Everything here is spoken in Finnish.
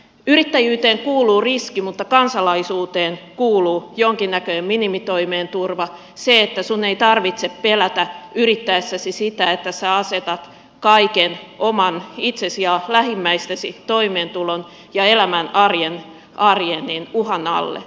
yrittäjyyteen kuuluu riski mutta kansalaisuuteen kuuluu jonkinnäköinen minimitoimeentuloturva se että sinun ei yrittäessäsi tarvitse pelätä sitä että sinä asetat kaiken oman itsesi ja lähimmäistesi toimeentulon ja elämän arjen uhan alle